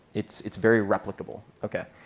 it's it's very replicable. ok.